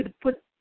put